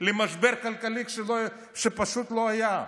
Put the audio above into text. למשבר כלכלי שפשוט לא היה.